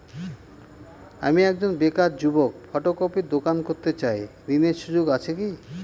আমি একজন বেকার যুবক ফটোকপির দোকান করতে চাই ঋণের সুযোগ আছে কি?